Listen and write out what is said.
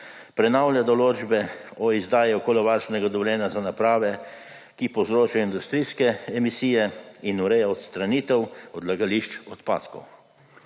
prenavlja določbe o izdaji okoljevarstvenega dovoljenja za naprave, ki povzročajo industrijske emisije, in ureja odstranitev odlagališč odpadkov.